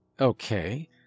Okay